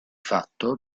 fatto